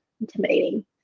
intimidating